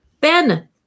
Ben